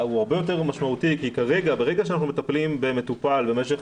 הוא הרבה יותר משמעותי כי ברגע שאנחנו מטפלים במטופל במשך